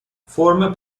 فرم